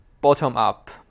bottom-up